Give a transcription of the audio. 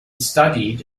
studied